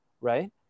right